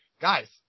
guys